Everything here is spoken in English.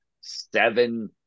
seven